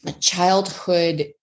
childhood